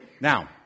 Now